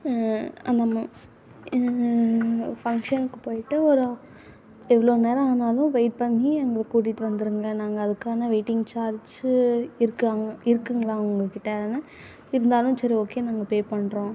அந்த மு ஃபங்க்ஷனுக்கு போயிட்டு ஒரு எவ்வளோ நேரம் ஆனாலும் வெயிட் பண்ணி எங்களை கூட்டிகிட்டு வந்துடுங்க நாங்கள் அதுக்கான வெயிட்டிங் சார்ஜ்ஜு இருக்கா இருக்காங்களா உங்கக்கிட்டனு இருந்தாலும் சரி ஓகே நாங்கள் பேப் பண்ணுறோம்